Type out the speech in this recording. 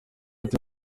ati